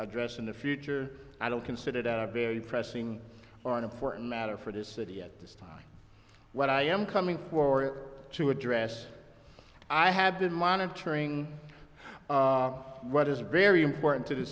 address in the future i don't consider it a very pressing or an important matter for this city at this time what i am coming for to address i have been monitoring what is very important to the